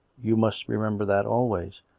you must remember that always.